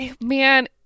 man